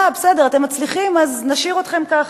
אה, בסדר, אתם מצליחים, אז נשאיר אתכם ככה.